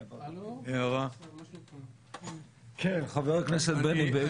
כן, חבר הכנסת בני בגין.